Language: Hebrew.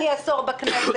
אני עשור בכנסת.